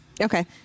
Okay